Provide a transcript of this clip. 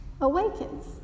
awakens